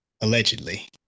allegedly